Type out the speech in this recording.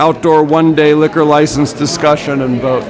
outdoor one day liquor license discussion a